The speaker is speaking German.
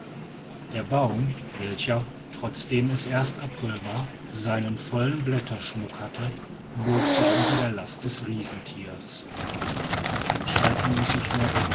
der baum welcher trotzdem es erst april war seinen vollen blätterschmuck hatte bog sich unter der last des riesentieres einschalten muß ich noch